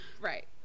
Right